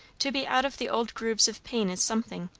to be out of the old grooves of pain is something,